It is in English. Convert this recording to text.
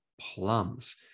plums